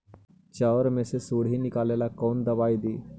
चाउर में से सुंडी निकले ला कौन दवाई दी?